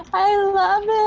i love